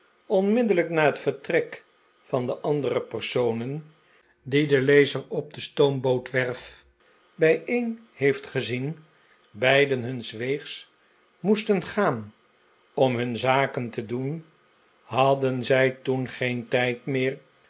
onmiddellijk na het vertrek van de andere personen die de lezer op de stoombootwerf bijeen heeft gezien beiden huns weegs moesten gaan om hun zaken te doen r hadden zij toen geen tijd meer